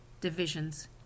divisions